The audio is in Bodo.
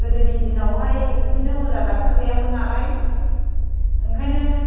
गोदोनि दिनावहाय बिदिनो अजा डक्ट'र गैयामोन नालाय ओंखायनो